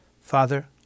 Father